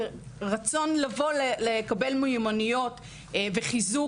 ורצון לבוא לקבל מיומנויות וחיזוק.